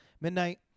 midnight